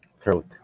throat